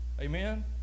Amen